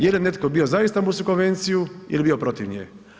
Je li je netko bio za Istambulsku konvenciju ili je bio protiv nje?